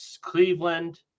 Cleveland